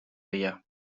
dia